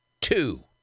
two